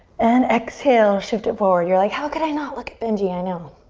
and exhale, shift it forward. you're like, how could i not look at benji? i know.